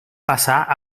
passar